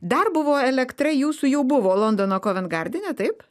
dar buvo elektra jūsų jau buvo londono kovent gardene taip